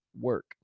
Work